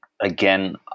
Again